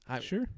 Sure